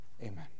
Amen